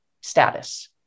status